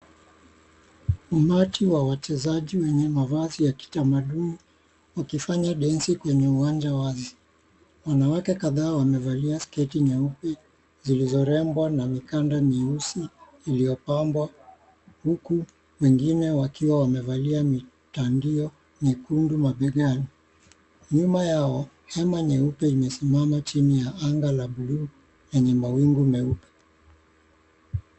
Umati wa wachezaji wenye mavazi ya kitamaduni wakifanya densi kwenye uwanja wazi. Wanawake kadhaa wamevalia sketi nyeupe zilizorembwa na mikanda myeusi iliopambwa huku wengine wakiwa wamevalia mitandio myekundu mabegani. Nyuma yao, hema nyeupe imesimama chini ya anga la buluu yenye mawingu meupe.